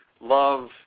love